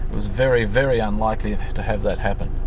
was very, very unlikely to have that happen.